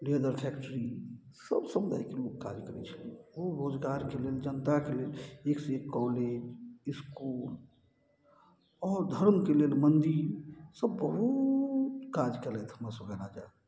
leather factory सब समुदायके लेल काज करय छलखिन ओ रोजगारके लेल जनताके लेल एकसँ एक कॉलेज इसकुल आओर धर्मके लेल मन्दिर सब बहुत काज कयलथि हमर सबके राजा